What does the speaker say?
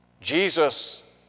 Jesus